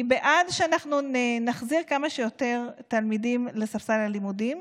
אני בעד שאנחנו נחזיר כמה שיותר תלמידים לספסל הלימודים,